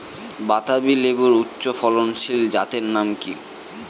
বাতাবি লেবুর উচ্চ ফলনশীল জাতের নাম কি?